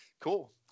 Cool